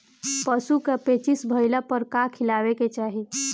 पशु क पेचिश भईला पर का खियावे के चाहीं?